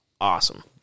awesome